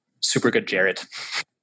supergoodjared